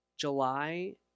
July